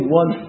one